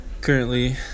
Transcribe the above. Currently